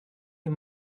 dir